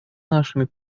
нашими